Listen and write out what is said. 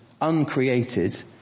uncreated